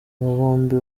bombi